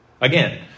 Again